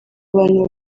abantu